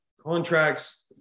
contracts